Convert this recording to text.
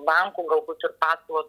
bankų galbūt ir paskolos